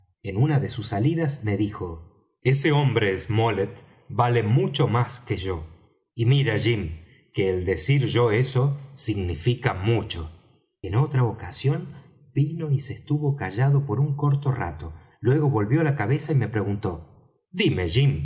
en una de sus salidas me dijo ese hombre smollet vale mucho más que yo y mira jim que el decir yo eso significa mucho en otra ocasión vino y se estuvo callado por un corto rato luego volvió la cabeza y me preguntó dime